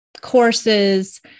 courses